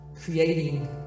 Creating